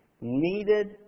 needed